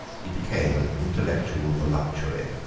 he became an intellectual voluptuary,